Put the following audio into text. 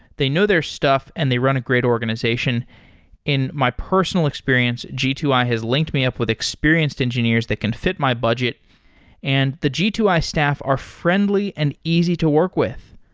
they know their stuff and they run a great organization in my personal experience, g two i has linked me up with experienced engineers that can fit my budget and the g two i staff are friendly and easy to work with.